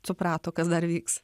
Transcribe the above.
suprato kas dar vyks